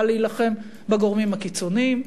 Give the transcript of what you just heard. אבל להילחם בגורמים הקיצוניים,